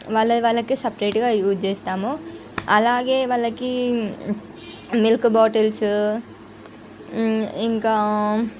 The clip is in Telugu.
వాళ్లవి వాళ్లకి సపరేట్గా యూస్ చేస్తాము అలాగే వాళ్ళకి మిల్క్ బాటిల్స్ ఇంకా